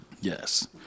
Yes